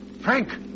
Frank